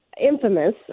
Infamous